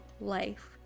life